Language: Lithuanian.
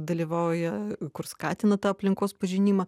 dalyvauja kur skatina tą aplinkos pažinimą